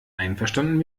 einverstanden